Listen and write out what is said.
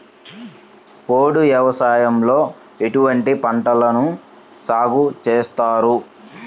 పోడు వ్యవసాయంలో ఎటువంటి పంటలను సాగుచేస్తారు?